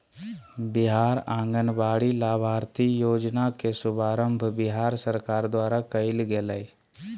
बिहार आंगनबाड़ी लाभार्थी योजना के शुभारम्भ बिहार सरकार द्वारा कइल गेलय